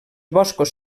boscos